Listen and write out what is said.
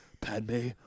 Padme